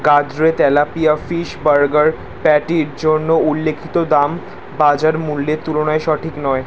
গাদ্রে tilapia fish burger প্যাটির জন্য উল্লিখিত দাম বাজার মূল্যের তুলনায় সঠিক নয়